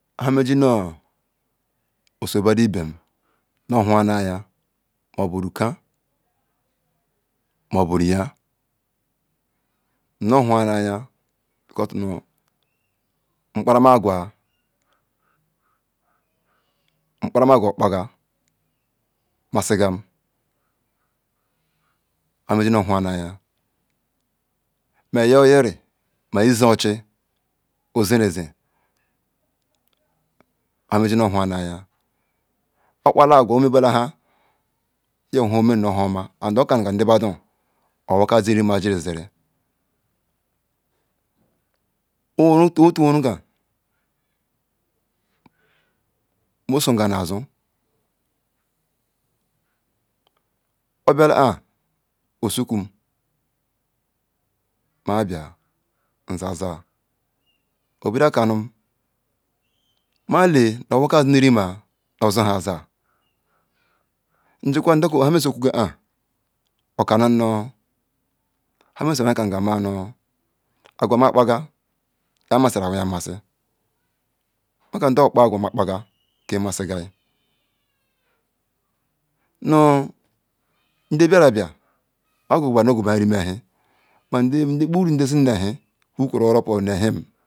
nhameji no so badu ibeam no huanuaya oba ruka moba riya nnoha aya nu kparama ajwa nkparama agwa okpa gam maci gam ha me jino huanuya ma oyi oyiri ma ezi oji ozere zz nhameji nohunuya okpalagwa omebela nha oka nuganu nda beda ba me nhar nuganu nda beda bea me nhar oma akanuga owa jiri siri owera otaworuka mosoga na zu oblala ah osukwum ma bia nze aza obido akarem ma le owoka azi na re mea nu ozi nhaza njikwa okina meru su okwu ah okanunu nhameru su awuya kanuganu me nu agha ma kpa nu masiri awiyi amasi malea nda okpa agwa makpasa ke maziga nu nde blarabia mekara ba nu okwu behia nu reme ehie ma bubaru nde zim nu chie wokuro ora